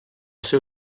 seu